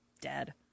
Dead